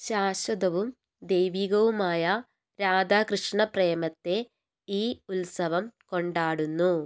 ശാശ്വതവും ദൈവീകവുമായ രാധാകൃഷ്ണപ്രേമത്തെ ഈ ഉത്സവം കൊണ്ടാടുന്നു